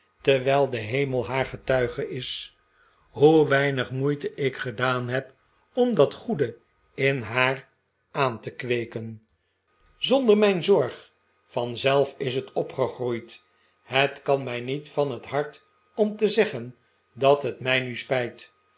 terwijl de hemel haar getuige is hoe weinig moeite ik gedaan heb om dat goede in haar aan te kweeken zonder mijn zorg vanzelf is het opgegroeid het kan mij niet van het hart om te zeggen dat het mij nu spijt